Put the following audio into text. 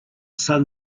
sun